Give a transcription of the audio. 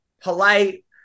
polite